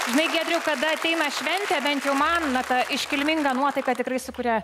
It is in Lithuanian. žinai giedriau kada ateina šventė bent jau man na tą iškilmingą nuotaiką tikrai sukuria